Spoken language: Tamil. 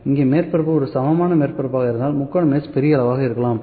இங்கே மேற்பரப்பு ஒரு சமமான மேற்பரப்பாக இருந்தால் முக்கோணம் பெரிய அளவில் இருக்கலாம்